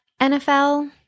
NFL